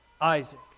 Isaac